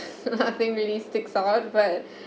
I think really but